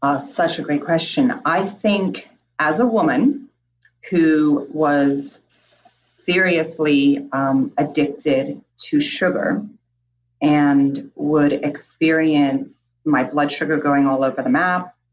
such a great question. i think as a woman who was seriously um addicted to sugar and would experience my blood sugar going all over the map,